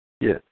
Yes